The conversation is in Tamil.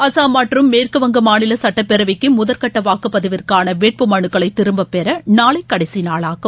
அசாம் மற்றும் மேற்கு வங்க மாநில சட்டப்பேரவைக்கு முதற்கட்ட வாக்குப்பதிவிற்கான வேட்புமனுக்களை திரும்ப பெற நாளை கடைசி நாளாகும்